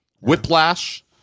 Whiplash